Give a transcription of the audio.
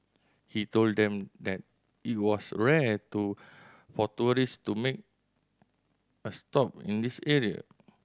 he told them that it was rare to for tourist to make a stop in this area